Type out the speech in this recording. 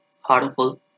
harmful